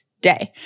day